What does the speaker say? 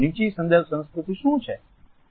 નીચી સંદર્ભ સંસ્કૃતિ શું છે